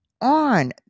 on